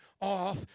off